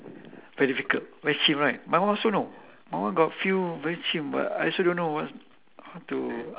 very difficult very chim right my one also know my one got few very chim but I also don't know what how to